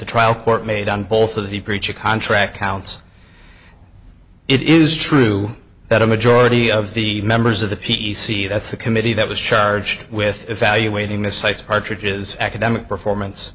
the trial court made on both of the preacha contract counts it is true that a majority of the members of the p c that's the committee that was charged with evaluating the site's partridges academic performance